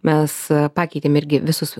mes pakeitėm irgi visus